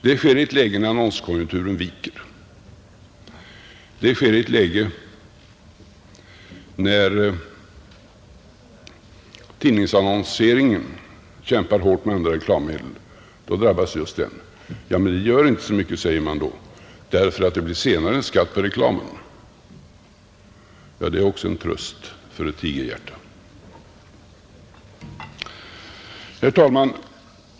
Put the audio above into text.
Det sker i ett läge när annonskonjunkturen viker och tidningsannonseringen kämpar hårt med andra reklamformer. Då drabbas just den. Ja, men det gör väl inte så mycket, säger man då, ty det blir senare en skatt på reklamen. Ja, det är också en tröst för ett tigerhjärta. Herr talman!